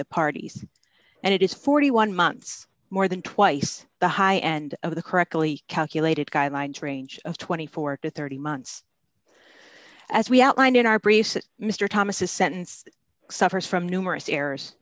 the parties and it is forty one months more than twice the high end of the correctly calculated guy lied range of twenty four to thirty months as we outlined in our briefs that mister thomas's sentence suffers from numerous errors